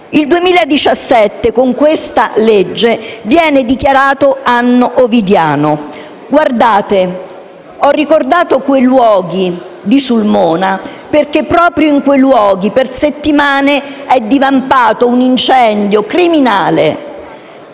Il 2017, con questo disegno di legge, viene dichiarato anno ovidiano. Ho ricordato quei luoghi di Sulmona perché proprio in quei luoghi per settimane è divampato un incendio criminale